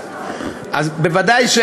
בוודאי,